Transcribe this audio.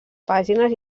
pàgines